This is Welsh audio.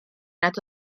nad